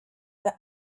the